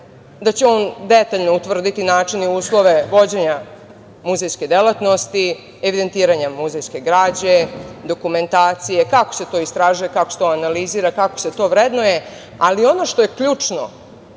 da će on detaljno utvrditi način i uslove vođenja muzejske delatnosti evidentiranjem muzejske građe, dokumentacije, kako se to istražuje, kako se to analizira, kako se to vrednuje, ali ono što je ključno